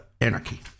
anarchy